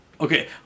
Okay